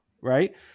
right